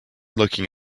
looking